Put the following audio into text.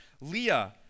Leah